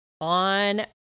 on